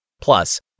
Plus